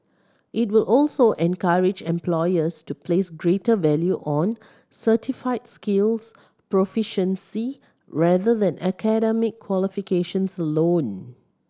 it will also encourage employers to place greater value on certified skills proficiency rather than academic qualifications alone